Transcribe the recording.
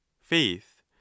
faith